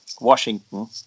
Washington